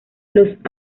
los